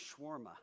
shawarma